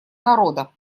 народа